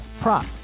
prop